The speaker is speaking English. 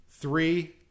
Three